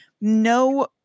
no